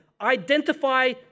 identify